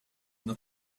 not